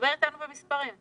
דבר אתנו במספרים.